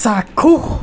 চাক্ষুষ